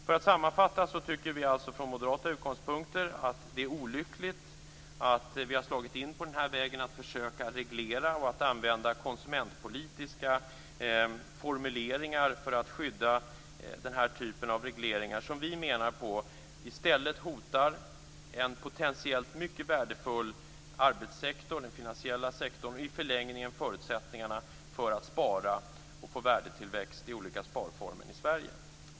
För att sammanfatta tycker vi från moderata utgångspunkter alltså att det är olyckligt att vi har slagit in på den här vägen att försöka reglera och att använda konsumentpolitiska formuleringar för att skydda den här typen av regleringar. Vi menar att de i stället hotar en potentiellt mycket värdefull arbetssektor, den finansiella sektorn, och i förlängningen förutsättningarna för att spara och få värdetillväxt i olika sparformer i Sverige.